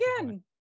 again